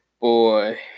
boy